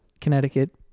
Connecticut